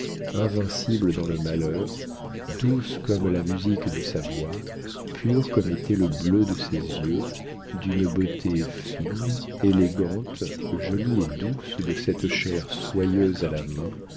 invincible dans le malheur douce comme la musique de sa voix pure comme était le bleu de ses yeux d'une beauté fine élégante jolie et douée de cette chair soyeuse à la main